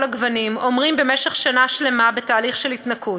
הגוונים אומרים במשך שנה שלמה בתהליך של התנקות: